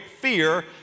fear